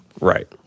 Right